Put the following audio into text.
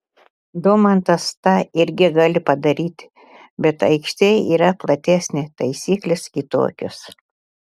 domantas tą irgi gali padaryti bet aikštė yra platesnė taisyklės kitokios